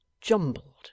jumbled